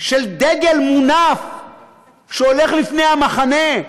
של דגל מונף שהולך לפני המחנה,